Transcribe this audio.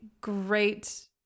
great